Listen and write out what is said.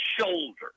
shoulder